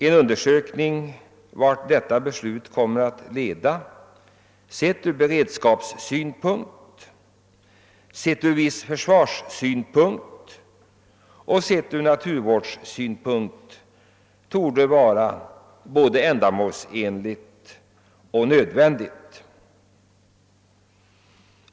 En undersökning av vad detta beslut kommer att leda till sett ur beredskapssynpunkt, ur viss försvarssynpunkt och ur naturvårdssynpunkt torde vara både ändamålsenlig och nödvändig.